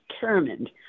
determined